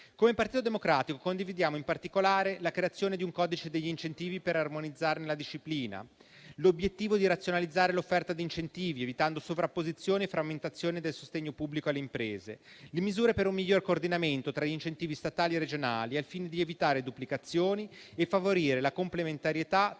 Come Partito Democratico condividiamo in particolare la creazione di un codice degli incentivi per armonizzarne la disciplina; l'obiettivo di razionalizzare l'offerta di incentivi, evitando sovrapposizione e frammentazione del sostegno pubblico alle imprese; le misure per un miglior coordinamento tra gli incentivi statali e regionali, al fine di evitare duplicazioni e favorire la complementarietà